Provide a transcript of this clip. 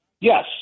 Yes